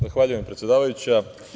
Zahvaljujem, predsedavajuća.